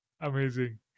Amazing